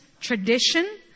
tradition